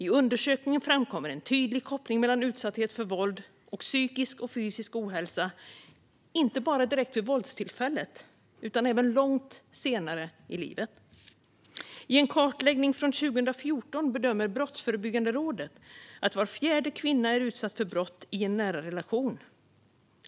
I undersökningen framkommer en tydlig koppling mellan utsatthet för våld och psykisk och fysisk ohälsa, inte bara direkt vid våldstillfället utan även långt senare i livet. I en kartläggning från 2014 bedömer Brottsförebyggande rådet att var fjärde kvinna är utsatt för brott i en nära relation.